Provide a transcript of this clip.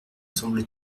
semble